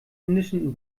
indischen